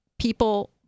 people